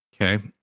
okay